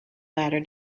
latter